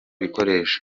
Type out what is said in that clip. bikoresho